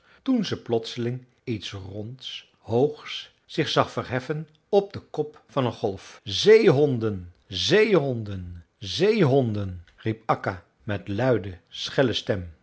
toen ze plotseling iets ronds hoogs zich zag verheffen op den kop van een golf zeehonden zeehonden zeehonden riep akka met luide schelle stem